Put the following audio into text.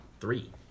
three